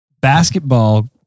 basketball